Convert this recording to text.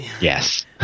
Yes